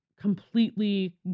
completely